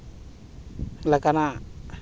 ᱞᱮᱠᱟᱱᱟᱜ